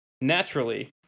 Naturally